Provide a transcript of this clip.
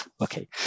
okay